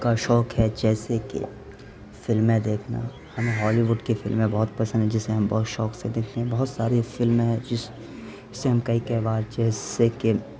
کا شوق ہے جیسے کہ فلمیں دیکھنا ہمیں ہالی ووڈ کی فلمیں بہت پسند ہے جسے ہم بہت شوق سے دیکھتے ہیں بہت ساری فلم ہیں جس جسے کئی کئی بار جیسے کہ